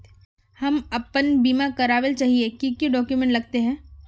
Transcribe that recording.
हम अपन बीमा करावेल चाहिए की की डक्यूमेंट्स लगते है?